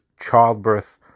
childbirth